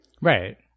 Right